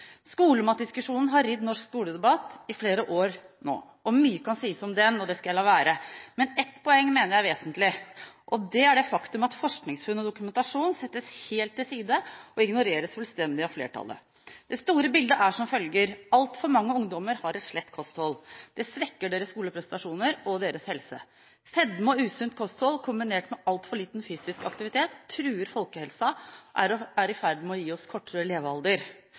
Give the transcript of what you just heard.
Skolematdiskusjonen har ridd norsk skoledebatt i flere år nå. Mye kan sies om den, og det skal jeg la være. Men ett poeng mener jeg er vesentlig, og det er det faktum at forskningsfunn og dokumentasjon settes helt til side og ignoreres fullstendig av flertallet. Det store bildet er som følger: Altfor mange ungdommer har et slett kosthold. Det svekker deres skoleprestasjoner og deres helse. Fedme og usunt kosthold kombinert med altfor liten fysisk aktivitet truer folkehelsa og er i ferd med å gi oss kortere levealder.